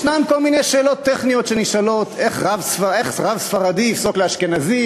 יש כל מיני שאלות טכניות שנשאלות: איך רב ספרדי יפסוק לאשכנזים?